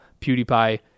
PewDiePie